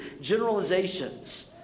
generalizations